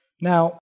Now